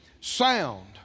sound